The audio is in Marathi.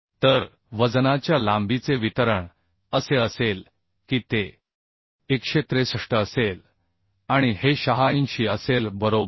तर वजनाच्या लांबीचे वितरण असे असेल की ते 163 असेल आणि हे 86 असेल बरोबर